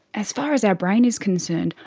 as far as our brain is concerned,